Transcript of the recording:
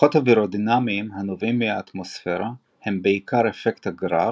כוחות אווירודינמיים הנובעים מהאטמוספירה והם בעיקר אפקט הגרר,